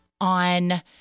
on